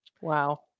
Wow